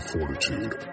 Fortitude